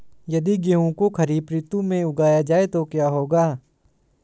यदि गेहूँ को खरीफ ऋतु में उगाया जाए तो क्या होगा?